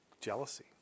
jealousy